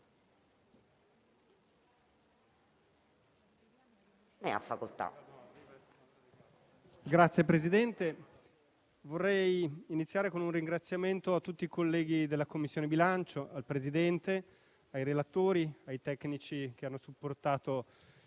Signor Presidente, vorrei iniziare con un ringraziamento a tutti i colleghi della Commissione bilancio, al Presidente, ai relatori e ai tecnici che hanno supportato i